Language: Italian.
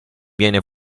viene